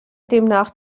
demnach